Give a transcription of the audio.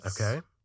Okay